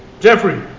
Jeffrey